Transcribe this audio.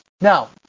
Now